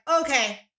okay